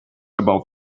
about